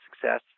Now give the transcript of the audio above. success